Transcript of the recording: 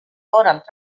donald